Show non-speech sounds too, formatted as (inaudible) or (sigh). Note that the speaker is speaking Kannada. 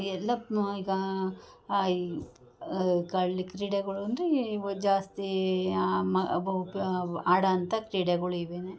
ಎಲ್ಲ ಈಗ ಆ ಈ ಅಲ್ಲಿ ಕ್ರೀಡೆಗಳು ಅಂದರೆ ಜಾಸ್ತಿ (unintelligible) ಆಡೋಂಥ ಕ್ರೀಡೆಗಳು ಇವೇನೇ